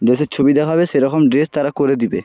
ড্রেসের ছবি দেখাবে সেরকম ড্রেস তারা করে দেবে